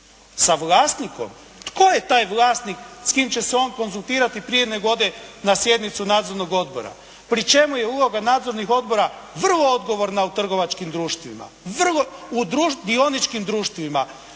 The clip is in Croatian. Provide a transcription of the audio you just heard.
Sa vlasnikom? Tko je taj vlasnik s kim će se on konzultirati prije nego ode na sjednicu nadzornog odbora? Pri čemu je uloga nadzornih odbora vrlo odgovorna u trgovačkim društvima, vrlo, u dioničkim društvima.